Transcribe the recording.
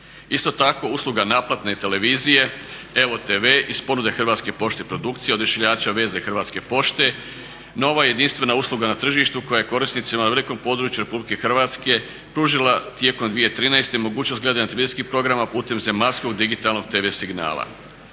Isto tako usluga naplatne televizije EVO TV iz ponude Hrvatske pošte produkcije odašiljača veze Hrvatske pošte nova je jedinstvena usluga na tržištu koja je korisnicima na velikom području RH pružila tijekom 2013. mogućnost gledanja televizijskih programa putem zemaljskog digitalnog TV signala.